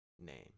name